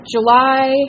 July